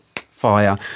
fire